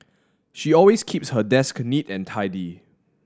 she always keeps her desk neat and tidy